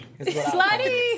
slutty